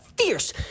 fierce